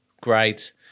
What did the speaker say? great